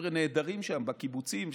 חבר'ה נהדרים שם בקיבוצים,